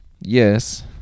yes